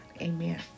Amen